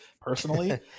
personally